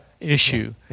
issue